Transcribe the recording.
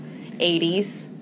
80s